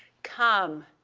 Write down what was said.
come,